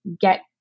get